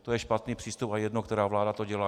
To je špatný přístup a je jedno, která vláda to dělá.